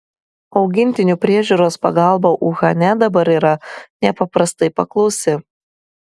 augintinių priežiūros pagalba uhane dabar yra nepaprastai paklausi